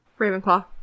Ravenclaw